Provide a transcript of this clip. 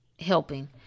helping